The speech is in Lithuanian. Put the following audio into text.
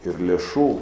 ir lėšų